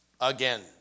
again